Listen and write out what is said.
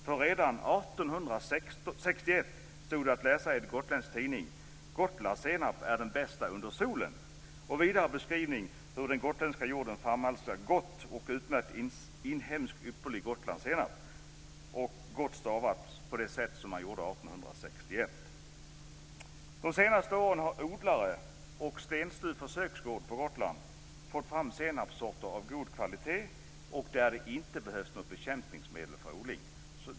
Redan 1861 stod det att läsa i en gotländsk tidning: "Gotlandssenap är den bästa under solen!" Vidare fanns en beskrivning av hur den gotländska jorden framalstrar "godt och utmärkt inhemsk ypperlig Gotlandssenap" - "godt" stavat på det sätt som man gjorde 1861. De senaste åren har odlare på Stenstu försöksgård på Gotland fått fram senapssorter av god kvalitet som det inte behövs bekämpningsmedel för att odla.